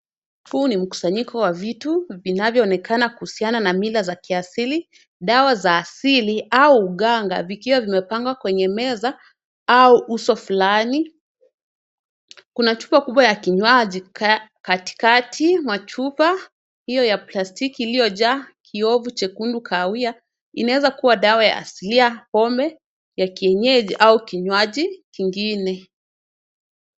Huu ni mkusanyiko wa vitu vinavyoonekana kuhusiana na mila za kiasili, dawa za asili au uganga vikiwa vimepangwa kwenye meza au uso fulani. Kuna chupa kubwa ya kinywaji katikati mwa chupa hiyo ya plastiki iliyojaa kiowevu chekundu kahawia. Inaweza kuwa dawa ya asilia, pombe ya kienyeji au kinywaji kingine.